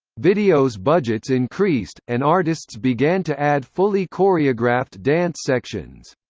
videos' budgets increased, and artists began to add fully choreographed dance sections.